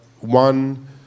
one